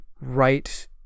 right